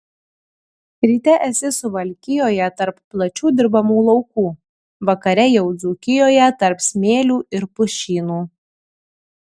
ryte esi suvalkijoje tarp plačių dirbamų laukų vakare jau dzūkijoje tarp smėlių ir pušynų